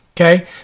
Okay